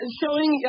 showing